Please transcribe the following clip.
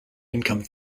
income